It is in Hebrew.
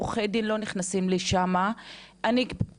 עורכי דין לא נכנסים לשם --- גברתי,